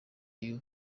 y’u